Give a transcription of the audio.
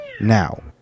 Now